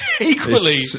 Equally